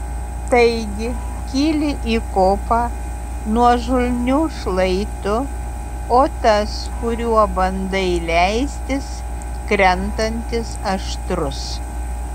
taigi kyli į kopą nuožulniu šlaitu o tas kuriuo bandai leistis krentantis aštrus